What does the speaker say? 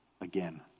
again